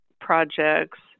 projects